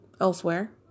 elsewhere